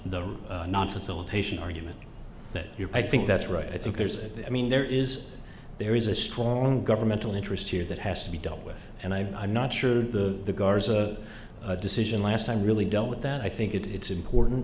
the non fossil patient argument that you're i think that's right i think there's i mean there is there is a strong governmental interest here that has to be dealt with and i'm not sure the the gars a decision last time really dealt with that i think it's important